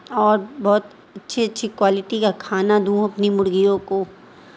اور بہت اچھی اچھی کوالٹی کا کھانا دوں اپنی مرغیوں کو